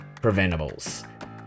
preventables